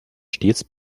stets